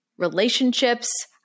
relationships